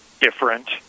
different